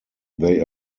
they